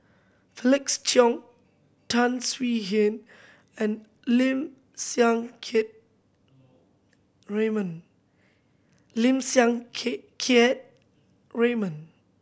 Felix Cheong Tan Swie Hian and Lim Siang Keat Raymond